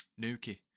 Nuki